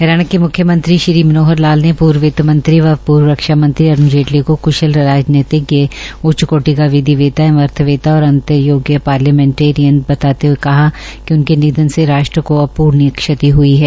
हरियाणा के मुख्यमंत्री श्री मनोहर लाल ने पूर्व वित्त मंत्री व पूर्व रक्षा मंत्री श्री अरूण जेटली को कु ाल राजनीतिज्ञ उच्च कोटि का विधिवेत्ता एवं अर्थवेत्ता और अत्यंत योग्य पार्लियामेंटरियन बताते हुए कहा कि उनके निधन से राश्ट्र को अपूरणीय क्षति हुई है